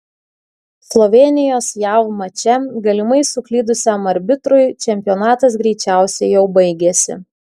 slovėnijos jav mače galimai suklydusiam arbitrui čempionatas greičiausiai jau baigėsi